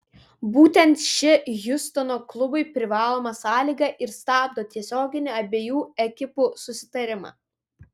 būtent ši hjustono klubui privaloma sąlyga ir stabdo tiesioginį abiejų ekipų susitarimą